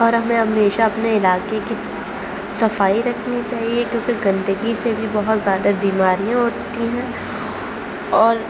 اور ہمیں ہمیشہ اپنے علاقے کی صفائی رکھنی چاہیے کیونکہ گندگی سے بھی بہت زیادہ بیماریاں ہوتی ہیں اور